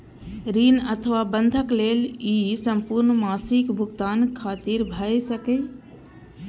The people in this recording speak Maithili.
ऋण अथवा बंधक लेल ई संपूर्ण मासिक भुगतान खातिर भए सकैए